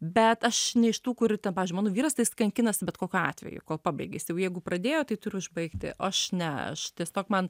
bet aš ne iš tų kurių ten pavyzdžiui mano vyras tai jis kankinasi bet kokiu atveju kol pabaigia jisa jau jeigu pradėjo tai turi užbaigti o aš ne aš tiesiog man